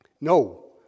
No